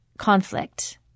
Conflict